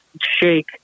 shake